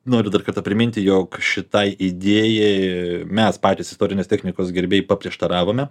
noriu dar kartą priminti jog šitai idėjai mes patys istorinės technikos gerbėjai paprieštaravome